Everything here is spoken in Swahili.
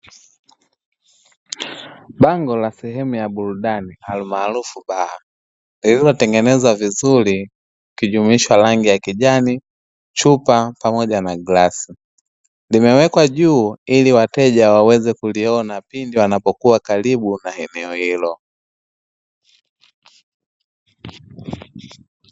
Bango la sehemu ya burudani alimaharufu baa lililotengenezwa vizuri likijumuisha rangi ya kijani chupa pamoja na glasi , limewekwa juu ili wateja waweze kuliona pindi wanapokua karibu na eneo hilo